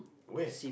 where